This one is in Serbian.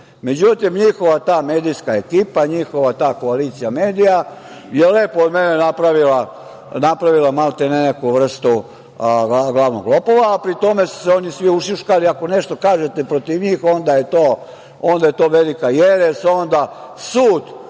uradi.Međutim, njihova ta medijska ekipa, njihova ta koalicija medija je lepo od mene napravila maltene neku vrstu glavnog lopova, a pri tome su se oni ušuškali ako nešto kažete protiv njih onda je to velika jeres, onda sud